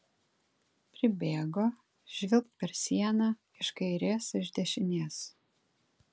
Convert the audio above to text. pribėgo žvilgt per sieną iš kairės iš dešinės